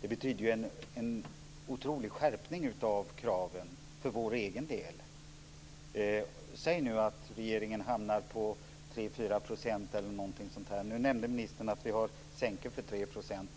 Det betyder ju en otrolig skärpning av kraven för vår egen del. Ministern nämnde att vi har sänkor för 3 %.